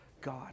God